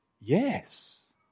Yes